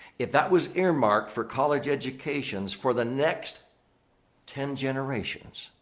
if that was earmarked for college educations for the next ten generations,